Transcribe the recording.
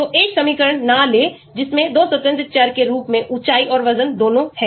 तो एक समीकरण ना लें जिसमें 2 स्वतंत्र चर के रूप में ऊंचाई और वजन दोनों हैं